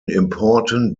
important